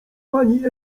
pani